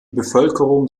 bevölkerung